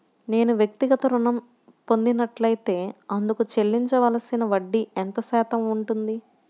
నేను వ్యక్తిగత ఋణం పొందినట్లైతే అందుకు చెల్లించవలసిన వడ్డీ ఎంత శాతం ఉంటుంది?